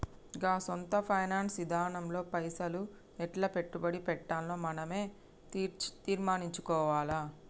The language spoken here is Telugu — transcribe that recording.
గా సొంత ఫైనాన్స్ ఇదానంలో పైసలు ఎట్లా పెట్టుబడి పెట్టాల్నో మనవే తీర్మనించుకోవాల